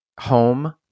home